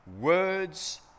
words